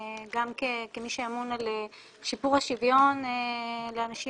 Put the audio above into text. גם כמי שאמון על שיפור השוויון לאנשים